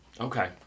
Okay